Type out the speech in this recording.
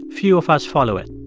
few of us follow it.